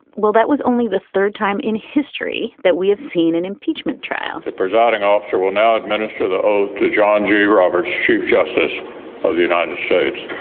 well, that was only the third time in history that we have seen an impeachment trial the presiding officer will now administer the oath to john g. roberts, chief justice of the united states